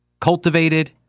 cultivated